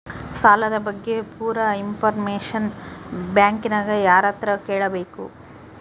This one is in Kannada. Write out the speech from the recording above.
ಸಾಲದ ಬಗ್ಗೆ ಪೂರ ಇಂಫಾರ್ಮೇಷನ ಬ್ಯಾಂಕಿನ್ಯಾಗ ಯಾರತ್ರ ಕೇಳಬೇಕು?